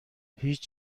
هیچ